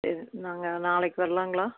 சரி நாங்கள் நாளைக்கு வருலாங்களா